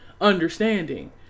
understanding